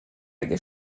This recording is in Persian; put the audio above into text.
اگه